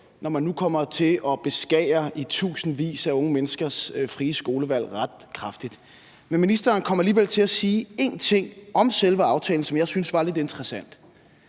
når man nu kommer til at beskære tusindvis af unge menneskers frie skolevalg ret kraftigt. Men ministeren kom alligevel til at sige én ting om selve aftalen, som jeg synes var lidt interessant,